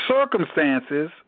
circumstances